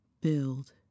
build